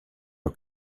der